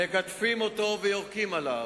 מגדפים אותו ויורקים עליו.